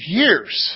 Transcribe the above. years